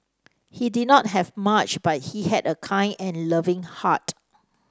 he did not have much but he had a kind and loving heart